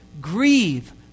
Grieve